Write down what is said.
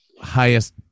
highest